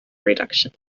reductions